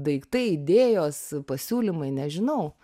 daiktai idėjos pasiūlymai nežinau